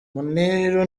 muniru